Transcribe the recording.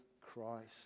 Christ